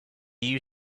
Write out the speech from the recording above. you